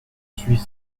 suis